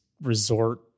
resort